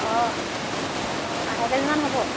অঁ অঁ আধা কে জিমান হ'ব